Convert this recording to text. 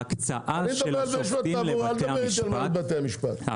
ההקצאה של השופטים לבתי המשפט --- דבר איתי על בתי המשפט לתעבורה,